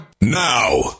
now